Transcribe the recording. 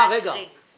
רגע, צריך להקריא.